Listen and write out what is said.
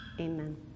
Amen